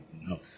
no